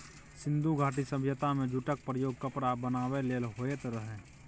सिंधु घाटी सभ्यता मे जुटक प्रयोग कपड़ा बनाबै लेल होइत रहय